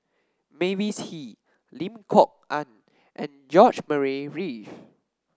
Mavis Hee Lim Kok Ann and George Murray Reith